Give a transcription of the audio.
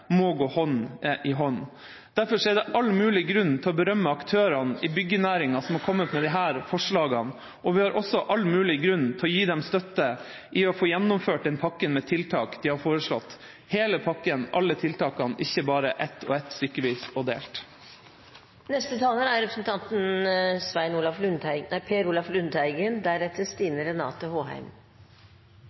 må gå hånd i hånd. Derfor er det all mulig grunn til å berømme aktørene i byggenæringa som har kommet med disse forslagene, og vi har også all mulig grunn til å gi dem støtte i å få gjennomført den pakken med tiltak de har foreslått – hele pakken, alle tiltakene, ikke bare ett og ett, stykkevis og delt. Jeg merket meg representanten